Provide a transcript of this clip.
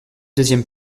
deuxième